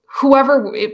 whoever